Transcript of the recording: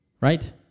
Right